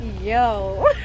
yo